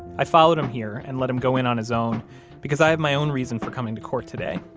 i followed him here and let him go in on his own because i have my own reason for coming to court today.